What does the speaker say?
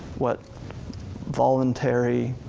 what voluntary